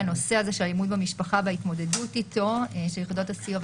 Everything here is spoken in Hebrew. הנושא הזה של אלימות במשפחה וההתמודדות איתו של יחידות הסיוע.